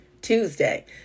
Tuesday